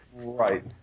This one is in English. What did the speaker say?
Right